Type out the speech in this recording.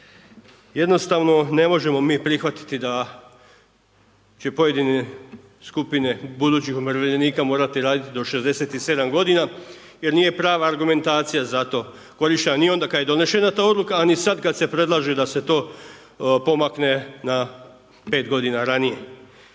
Jednostavno ne možemo mi prihvatiti da će pojedine skupine budućih umirovljenika morati raditi do 67 godina jer nije prava argumentacija za to korištena ni onda kada je donešena ta odluka a ni sad kad se predlaže da se to pomakne na 5 godina ranije.